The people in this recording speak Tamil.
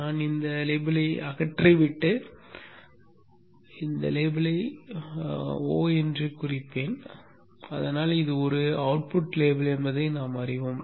நான் இந்த லேபிளை அகற்றிவிட்டு இந்த லேபிளை o என்று குறிப்பேன் அதனால் இது ஒரு அவுட்புட் லேபிள் என்பதை நாம் அறிவோம்